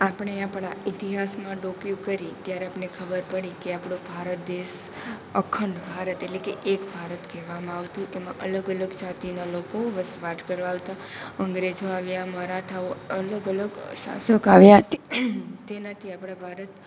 આપણે આપણા ઈતિહાસમાં ડોકિયું કરીએ ત્યારે આપને ખબર પડી કે આપણો ભારત દેશ અખંડ ભારત એટલે કે એક ભારત કહેવામાં આવતું એમાં અલગ અલગ જાતિના લોકો વસવાટ કરવા આવતા અંગ્રેજો આવ્યા મરાઠાઓ અલગ અલગ શાસક આવ્યા તે તેનાથી આપણા ભારત